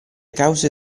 cause